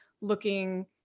looking